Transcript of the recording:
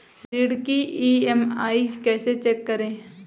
ऋण की ई.एम.आई कैसे चेक करें?